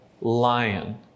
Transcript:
lion